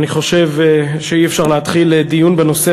אני חושב שאי-אפשר להתחיל דיון בנושא